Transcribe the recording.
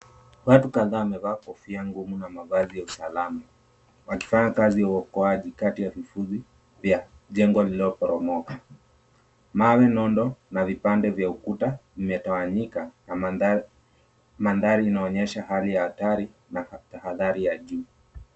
Watu kadhaa wamevaa kofia ngumu na mavazi ya usalama, wakifanya kazi ya ukoaji kati ya mifudhi vya jengo lililoporomoka. Mawe nono na vipande vya ukuta vimetawanyika na mandhari inaonyesha hali ya hatari na ha hadhari ya juu.